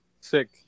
Sick